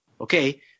okay